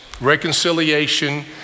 reconciliation